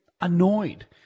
annoyed